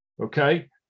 Okay